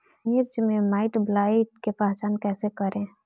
मिर्च मे माईटब्लाइट के पहचान कैसे करे?